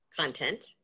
content